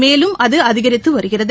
மேலும் அது அதிகரித்து வருகிறது